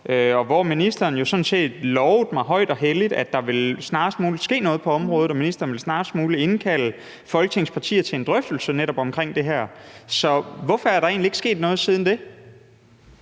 og hvor ministeren jo sådan set lovede mig højt og helligt, at der snarest muligt ville ske noget på området, og at ministeren snarest muligt ville indkalde Folketingets partier til en drøftelse omkring netop det her. Så hvorfor er der egentlig ikke sket noget siden det?